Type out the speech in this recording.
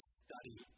study